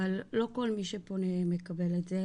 אבל לא כל מי שפונה מקבל את זה,